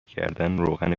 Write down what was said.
کردن، روغن